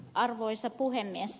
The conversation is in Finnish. arvoisa puhemies